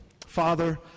Father